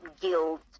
guilt